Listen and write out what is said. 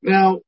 Now